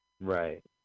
Right